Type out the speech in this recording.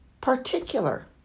particular